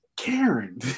Karen